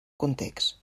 context